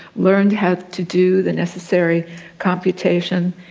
learned how to do the necessary computation,